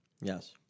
Yes